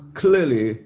clearly